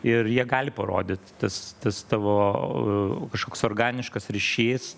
ir jie gali parodyt tas tas tavo kažkoks organiškas ryšys